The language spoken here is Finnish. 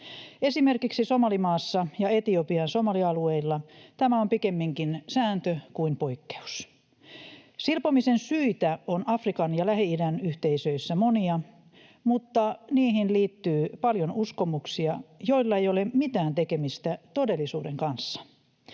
Esimerkiksi Somalimaassa ja Etiopian somalialueilla tämä on pikemminkin sääntö kuin poikkeus. Silpomisen syitä on Afrikan ja Lähi-idän yhteisöissä monia, mutta niihin liittyy paljon uskomuksia, joilla ei ole mitään tekemistä todellisuuden kanssa.